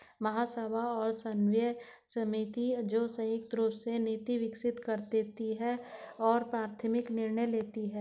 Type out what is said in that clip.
महासभा और समन्वय समिति, जो संयुक्त रूप से नीति विकसित करती है और प्राथमिक निर्णय लेती है